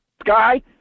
Sky